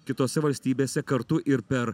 kitose valstybėse kartu ir per